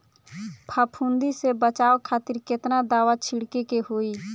फाफूंदी से बचाव खातिर केतना दावा छीड़के के होई?